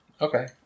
Okay